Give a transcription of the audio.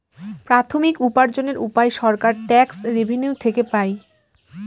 প্রাথমিক উপার্জনের উপায় সরকার ট্যাক্স রেভেনিউ থেকে পাই